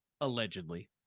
Allegedly